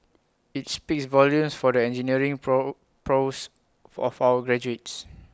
IT speaks volumes for the engineering pro prowess of our graduates